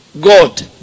God